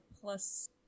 plus